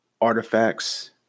artifacts